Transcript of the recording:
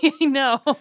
No